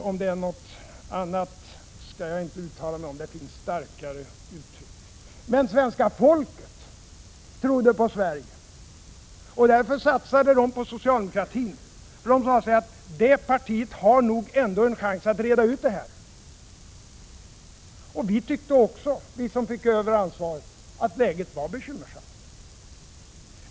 Om det är något annat skall jag inte uttala mig om; det finns starkare uttryck. Men svenska folket trodde på Sverige. Dörför satsade man på socialdemokratin, för man sade sig att det partiet nog ändå har en chans att reda ut det här. Vi som fick ta över ansvaret tyckte också att läget var bekymmersamt.